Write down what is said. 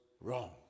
wrong